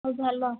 हो झालं